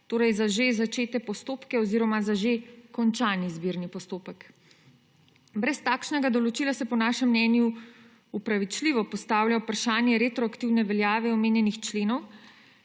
torej za že začete postopke oziroma za že kočani izbirni postopek. Brez takšnega določila se po našem mnenju upravičljivo postavlja vprašanje retroaktivne veljave omenjenih členov,